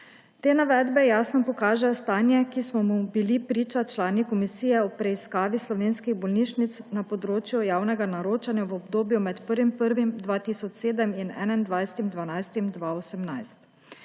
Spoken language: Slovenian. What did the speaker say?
Te navedbe jasno pokažejo stanje, ki smo mu bili priča člani Komisije o preiskavi slovenskih bolnišnic na področju javnega naročanja v obdobju med 1. 1. 2007 in 21. 12. 2018.